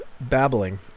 babbling